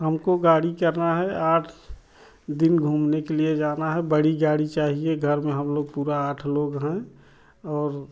हमको गाड़ी करना है आठ दिन घूमने के लिए जाना है बड़ी गाड़ी चाहिए घर में हम लोग पूरा आठ लोग हैं और